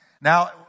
Now